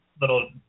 little